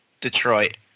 Detroit